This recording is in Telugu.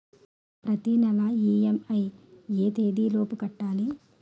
ప్రతినెల ఇ.ఎం.ఐ ఎ తేదీ లోపు కట్టాలి?